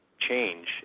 change